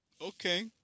Okay